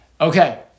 Okay